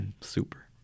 Super